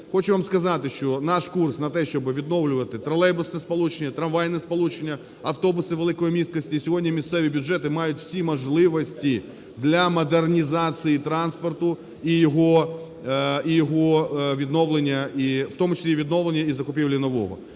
Хочу вам сказати, що наш курс на те, щоби відновлювати тролейбусне сполучення, трамвайне сполучення, автобуси великої місткості. Сьогодні місцеві бюджети мають всі можливості для модернізації транспорту і його відновлення, в тому числі і відновлення і закупівлі нового.